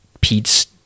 Pete's